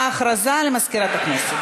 הודעה למזכירת הכנסת.